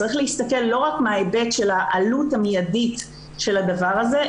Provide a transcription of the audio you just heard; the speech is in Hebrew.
צריך להסתכל לא רק מההיבט של העלות המיידית של הדבר הזה,